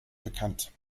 bekannt